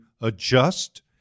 adjust